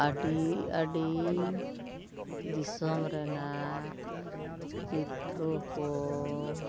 ᱟᱹᱰᱤ ᱟᱹᱰᱤ ᱫᱤᱥᱚᱢ ᱨᱮᱱᱟᱜ ᱪᱤᱛᱨᱚ ᱠᱚ